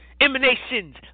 emanations